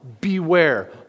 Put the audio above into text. beware